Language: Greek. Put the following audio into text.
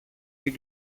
την